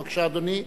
בבקשה, אדוני.